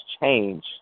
change